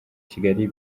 kigali